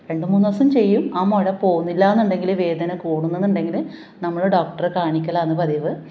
രണ്ട് മൂന്ന് ദിവസം ചെയ്യും ആ മുഴ പോകുന്നില്ലയെന്നുണ്ടെങ്കിൽ വേദന കൂടുന്നുണ്ടെങ്കിൽ നമ്മൾ ഡോക്ടറെ കാണിക്കലാന്ന് പതിവ്